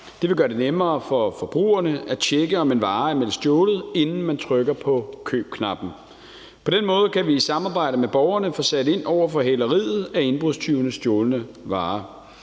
Det vil gøre det nemmere for forbrugerne at tjekke, om en vare er meldt stjålet, inden man trykker på købknappen. På den måde kan vi i samarbejde med borgerne få sat ind over for hæleriet af indbrudstyvenes stjålne varer.